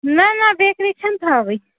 نَہ نَہ بیکری چھَنہٕ تھاوٕنۍ